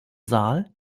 saal